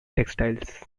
textiles